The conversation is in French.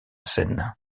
scène